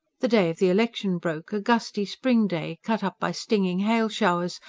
the day of the election broke, a gusty spring day cut up by stinging hail-showers,